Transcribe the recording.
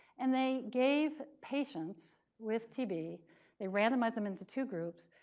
and they gave patients with tb they randomized them into two groups.